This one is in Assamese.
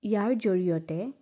ইয়াৰ জৰিয়তে